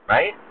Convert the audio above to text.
Right